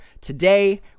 Today